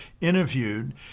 interviewed